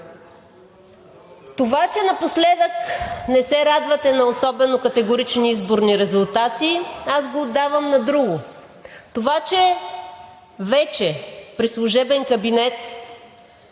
Това че напоследък не се радвате на особено категорични изборни резултати, аз го отдавам на друго, това че вече при служебен кабинет,